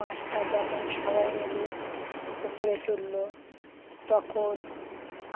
মাছটা যখন সবাই মিলে উপরে তুললো তখন